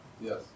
Yes